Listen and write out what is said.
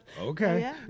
Okay